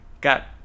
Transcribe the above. got